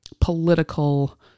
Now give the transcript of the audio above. political